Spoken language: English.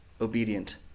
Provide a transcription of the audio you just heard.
obedient